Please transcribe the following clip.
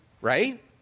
right